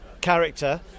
character